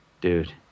dude